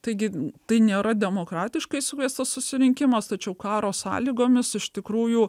taigi tai nėra demokratiškai sukviestas susirinkimas tačiau karo sąlygomis iš tikrųjų